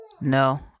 No